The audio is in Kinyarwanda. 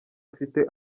afite